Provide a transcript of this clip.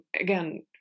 again